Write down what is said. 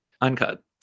Uncut